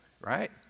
right